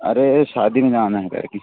अरे शादी में जाना है काहे कि